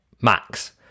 max